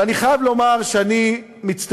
ואני חייב לומר שאני מצטער,